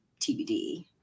TBD